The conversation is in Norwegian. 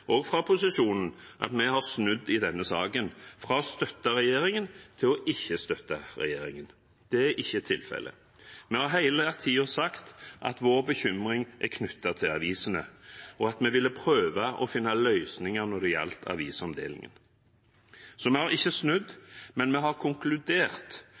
også fra posisjonen at vi har snudd i denne saken, fra å støtte regjeringen til ikke å støtte regjeringen. Det er ikke tilfellet. Vi har hele tiden sagt at vår bekymring er knyttet til avisene, og at vi ville prøve å finne løsninger når det gjaldt avisomdelingen. Så vi har ikke snudd, men vi har konkludert